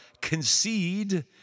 concede